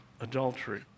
adultery